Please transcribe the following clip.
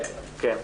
כן, שומעים.